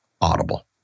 Audible